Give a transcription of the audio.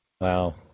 Wow